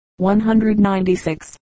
196